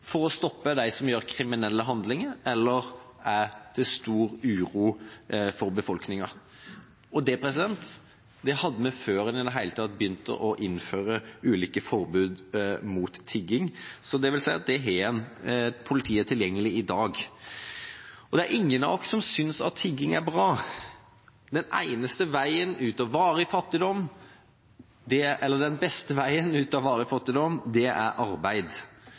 for å stoppe dem som gjør kriminelle handlinger eller er til stor uro for befolkninga. Det hadde vi før en i det hele tatt begynte å innføre ulike forbud mot tigging, så det vil si at der har en politiet tilgjengelig i dag. Det er ingen av oss som synes at tigging er bra. Den beste veien ut av varig fattigdom er arbeid. Alternativet for mennesker som tigger, er ofte å begå andre typer kriminalitet, fordi de lever i fattigdom. Dette er